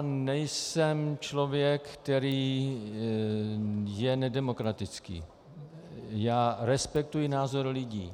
Nejsem člověk, který je nedemokratický, respektuji názor lidí.